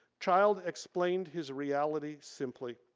child explained his reality simply.